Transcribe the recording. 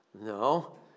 No